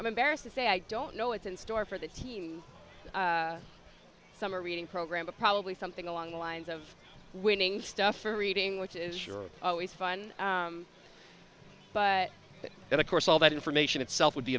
i'm embarrassed to say i don't know what's in store for the team summer reading program but probably something along the lines of winning stuff for reading which is sure always fun but of course all that information itself would be